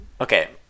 Okay